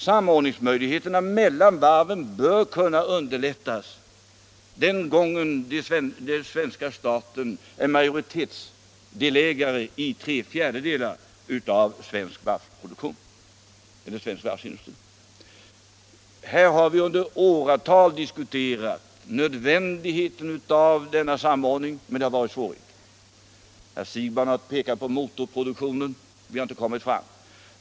Möjligheterna till samordning mellan varven bör kunna förbättras när svenska staten är majoritetsdelägare i tre fjärdedelar av svensk varvsindustri. Här har vi under åratal diskuterat nödvändigheten av denna samordning, men det har varit svårigheter. Herr Siegbahn har pekat på motorproduktionen — vi har inte kommit fram.